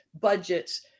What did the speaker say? budgets